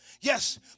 yes